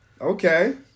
Okay